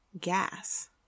Gas